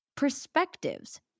perspectives